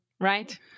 right